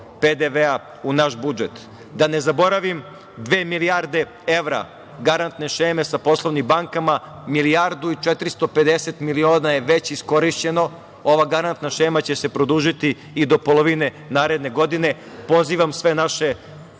PDV-a u naš budžet. Da ne zaboravim, dve milijarde evra garantne šeme sa poslovnim bankama, milijardu i 450 miliona je već iskorišćeno. Ova garantna šema će se produžiti i do polovine naredne godine. Pozivam sve naše